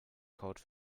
code